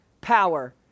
power